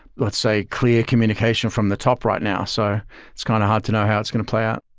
let's say clear communication from the top right now, so it's kind of hard to know how it's going to play out.